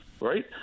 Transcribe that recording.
right